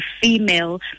female